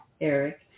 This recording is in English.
Eric